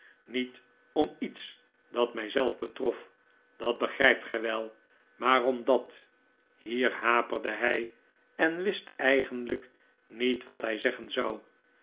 niet om iets dat mij zelf betrof dat begrijpt gij wel maar omdat hier haperde hij f en wist eigenlijk niet wat hij zeggen zou